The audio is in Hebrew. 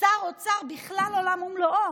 שר אוצר, בכלל עולם ומלואו.